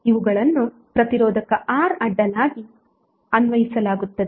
ಇವುಗಳನ್ನು ಪ್ರತಿರೋಧಕ R ಅಡ್ಡಲಾಗಿ ಅನ್ವಯಿಸಲಾಗುತ್ತದೆ